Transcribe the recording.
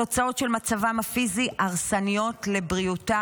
התוצאות של מצבם הפיזי הרסניות לבריאותם.